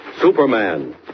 Superman